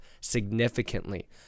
significantly